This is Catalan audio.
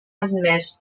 admès